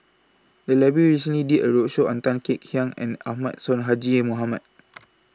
The Library recently did A roadshow on Tan Kek Hiang and Ahmad Sonhadji Mohamad